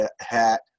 hat